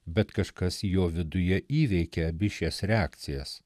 bet kažkas jo viduje įveikė abi šias reakcijas